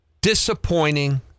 Disappointing